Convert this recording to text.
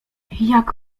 jak